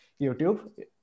YouTube